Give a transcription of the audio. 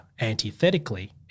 antithetically